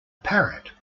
parrot